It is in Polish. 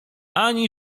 ani